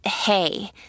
hey